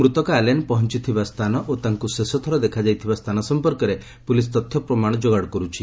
ମୃତକ ଆଲେନ୍ ପହଞ୍ଚଥିବା ସ୍ଥାନ ଓ ତାଙ୍କୁ ଶେଷଥର ଦେଖାଯାଇଥିବା ସ୍ଥାନ ସମ୍ପର୍କରେ ପୁଲିସ୍ ତଥ୍ୟ ପ୍ରମାଣ ଯୋଗାଡ଼ କର୍ରଛି